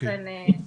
באופן מהותי.